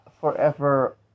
forever